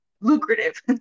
lucrative